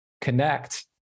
connect